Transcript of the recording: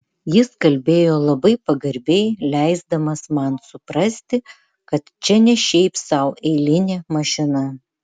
jis kalbėjo labai pagarbiai leisdamas man suprasti kad čia ne šiaip sau eilinė mašina